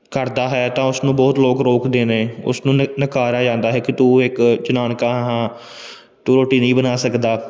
ਕਰਦਾ ਹੈ ਤਾਂ ਉਸ ਨੂੰ ਬਹੁਤ ਲੋਕ ਰੋਕਦੇ ਨੇ ਉਸਨੂੰ ਨ ਨਕਾਰਿਆ ਜਾਂਦਾ ਹੈ ਕਿ ਤੂੰ ਇੱਕ ਜਨਾਨਾ ਕਾ ਹਾਂ ਤੂੰ ਰੋਟੀ ਨਹੀਂ ਬਣਾ ਸਕਦਾ